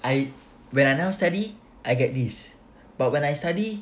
I when I never study I get this but when I study